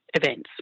events